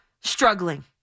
struggling